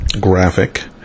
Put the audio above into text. graphic